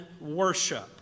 worship